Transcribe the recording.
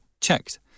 checked